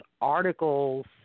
articles